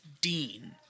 Dean